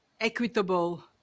equitable